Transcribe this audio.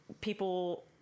people